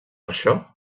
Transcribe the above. això